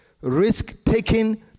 risk-taking